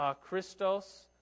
christos